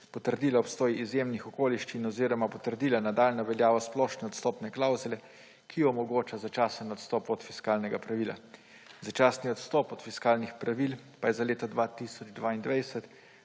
potrdila obstoj izjemnih okoliščin oziroma potrdila nadaljnjo veljavo splošne odstopne klavzule, ki omogoča začasen odstop od fiskalnega pravila. Začasni odstop od fiskalnih pravil pa je za leto 2022